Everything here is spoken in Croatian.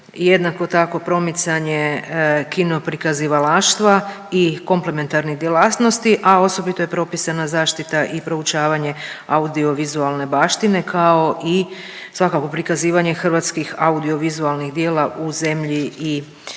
jednako tako promicanje kinoprikazivalaštva i komplementarnih djelatnosti, a osobito je propisana zaštita i proučavanje audiovizualne baštine kao i svakako prikazivanje hrvatskih audiovizualnih djela u zemlji i